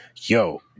yo